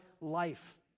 life